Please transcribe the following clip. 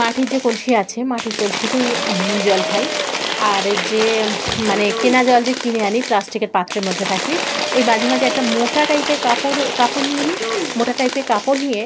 মাটির যে কলসি আছে মাটির কলসিতেই জল খাই আর যে মানে কেনা জল যে কিনে আনি প্লাস্টিকের পাত্রের মধ্যে থাকে ওই মাঝে মাঝে একটা মোটা টাইপের কাপড় কাপড় নিয়ে নিই মোটা টাইপের কাপড় নিয়ে